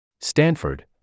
Stanford